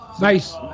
Nice